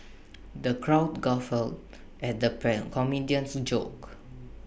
the crowd guffawed at the comedian's jokes